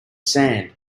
sand